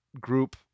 group